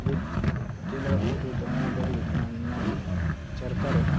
ᱡᱩᱛ ᱪᱮᱫ ᱞᱮᱠᱟ ᱠᱚ ᱡᱩᱛᱟ ᱚᱱᱟ ᱫᱚ ᱦᱩᱭᱩᱜ ᱠᱟᱱᱟ ᱚᱱᱟ ᱪᱟᱨᱠᱷᱟ ᱨᱮ